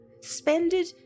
suspended